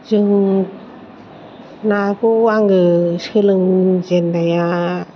जों नाखौ आङो सोलोंजेन्नाया